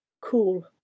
cool